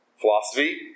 philosophy